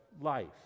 life